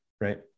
right